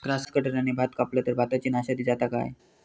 Grass कटराने भात कपला तर भाताची नाशादी जाता काय?